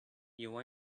you